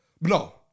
No